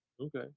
Okay